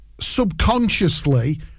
subconsciously